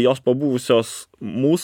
jos pabuvusios mūs